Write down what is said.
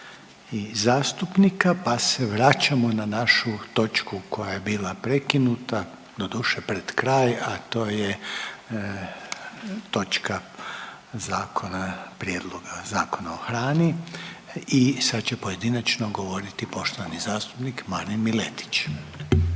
i zastupnika pa se vraćamo na našu točku koja je bila prekinuta, doduše pred kraj, a to je točka zakona, Prijedloga Zakona o hrani i sad će pojedinačno govoriti poštovani zastupnik Marin Miletić. **Miletić,